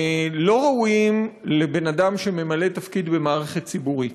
לא ראויים לבן-אדם שממלא תפקיד במערכת ציבורית.